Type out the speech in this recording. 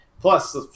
Plus